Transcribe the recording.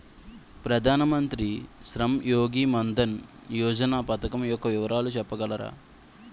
ప్రధాన మంత్రి శ్రమ్ యోగి మన్ధన్ యోజన పథకం యెక్క వివరాలు చెప్పగలరా?